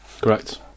Correct